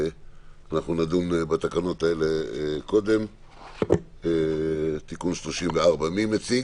תיקון 34. מי מציג?